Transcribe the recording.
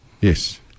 Yes